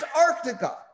Antarctica